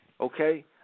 okay